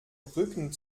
rücken